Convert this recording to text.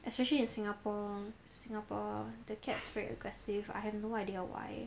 especially in singapore singapore the cats very aggressive I have no idea why